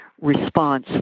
response